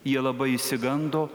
jie labai išsigando